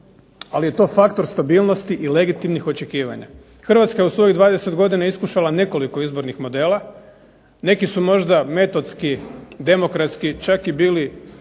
ali je to faktor stabilnosti i legitimnih očekivanja. Hrvatska je u svojih 20 godina iskušala nekoliko izbornih modela, neki su možda metodski demokratski čak i bili